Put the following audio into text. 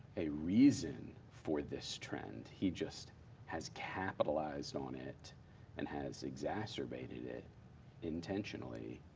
a reason for this trend, he just has capitalized on it and has exacerbated it intentionally